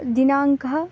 दिनाङ्कः